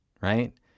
right